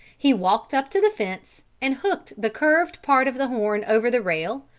he walked up to the fence and hooked the curved part of the horn over the rail,